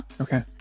Okay